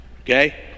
okay